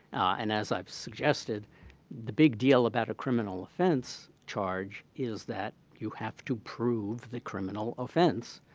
and as i've suggested the big deal about a criminal offense charge is that you have to prove the criminal offense.